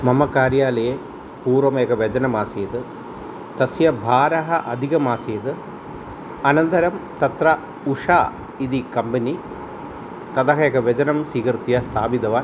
मम कार्यालये पूर्वमेकं व्यजनम् आसीत् तस्य भारः अधिकम् आसीत् अनन्तरं तत्र उषा इति कम्बनी तत् एकं व्यजनं स्वीकृत्य स्थापितवान्